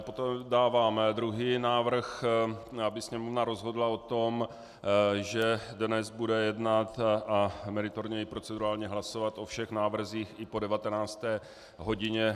Potom dávám druhý návrh, aby Sněmovna rozhodla o tom, že dnes bude jednat a meritorně i procedurálně hlasovat o všech návrzích i po 19. hodině.